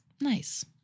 nice